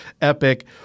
epic